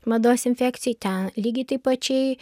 mados infekcijoje ten lygiai taip pačiai